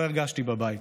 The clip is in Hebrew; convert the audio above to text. לא הרגשתי בבית.